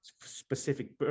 specific